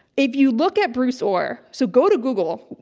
if you look at bruce orr so, go to google.